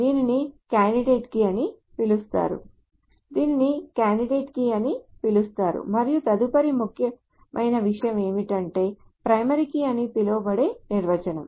దీనిని candidate key అని పిలుస్తారు దీనిని కాండిడేట్ కీ అని పిలుస్తారు మరియు తదుపరి ముఖ్యమైన విషయం ఏమిటంటే ప్రైమరీ కీ అని పిలువబడే నిర్వచనం